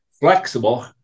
flexible